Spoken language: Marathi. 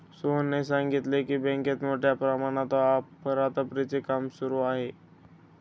सोहनने सांगितले की, बँकेत मोठ्या प्रमाणात अफरातफरीचे काम सुरू आहे